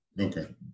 okay